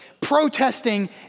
protesting